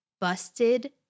busted